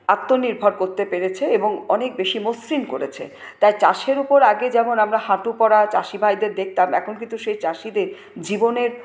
আত্মনির্ভর করতে পেরেছে এবং অনেক বেশি মসৃণ করেছে তাই চাষের ওপর আগে যেমন আমরা হাঁটু পরা চাষিভাইদের দেখতাম এখন কিন্তু সেই চাষিদের জীবনের